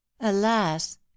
Alas